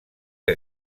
que